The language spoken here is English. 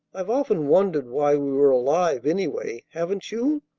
i've often wondered why we were alive, anyway, haven't you?